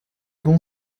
bon